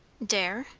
dare?